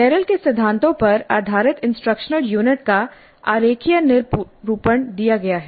Merrill के सिद्धांतों पर आधारित इंस्ट्रक्शनल यूनिट का आरेखीय निरूपण दिया गया है